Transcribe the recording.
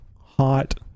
hot